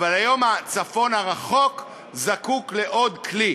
אבל היום הצפון הרחוק זקוק לעוד כלי.